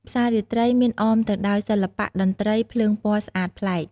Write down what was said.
ផ្សាររាត្រីមានអមទៅដោយសិល្បៈ តន្ត្រី ភ្លើងពណ៌ស្អាតប្លែក។